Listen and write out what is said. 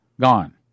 gone